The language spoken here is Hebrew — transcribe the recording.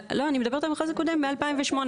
לא, אני מדברת על המכרז הקודם, מ-2008.